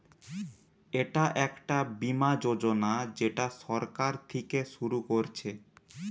এটা একটা বীমা যোজনা যেটা সরকার থিকে শুরু করছে